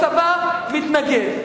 הצבא מתנגד,